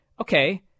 okay